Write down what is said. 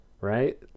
right